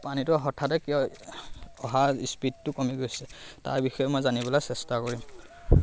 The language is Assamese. পানীটো হঠাতে কিয় অহা স্পীডটো কমি গৈছে তাৰ বিষয়ে মই জানিবলৈ চেষ্টা কৰিম